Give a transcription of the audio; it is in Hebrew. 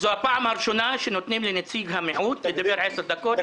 זו הפעם הראשונה שנותנים לנציג המיעוט לדבר עשר דקות.